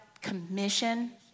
commission